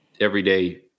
everyday